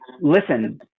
Listen